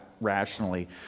rationally